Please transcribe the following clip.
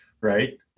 right